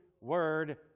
word